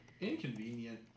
Inconvenient